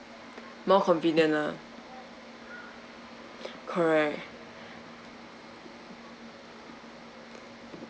more convenient lah correct